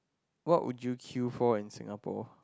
what would you queue for in Singapore